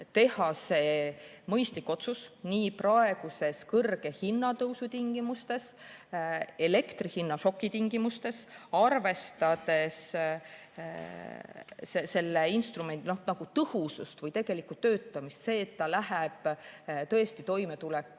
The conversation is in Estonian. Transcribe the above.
teha see mõistlik otsus. Praeguse kõrge hinnatõusu tingimustes, elektrihinnašoki tingimustes, arvestades selle instrumendi tõhusust või tegelikult töötamist, seda, et see läheb tõesti toimetulekuraskustes